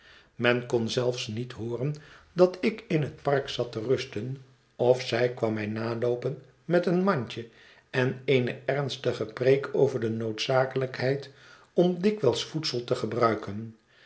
men kon zelfs niet hooren dat ik in het park zat te rusten of zij kwam mij naloopen met een mandje en eene ernstige preek over de noodzakelijkheid om dikwijls voedsel te gebruiken